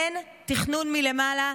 אין תכנון מלמעלה.